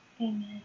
Amen